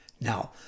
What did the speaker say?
Now